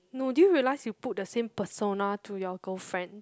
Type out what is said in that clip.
no do you realise you put the same persona to your girlfriend